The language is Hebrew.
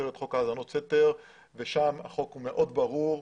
הכותרת חוק האזנות סתר ושם החוק מאוד ברור.